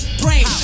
brain